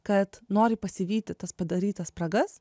kad nori pasivyti tas padarytas spragas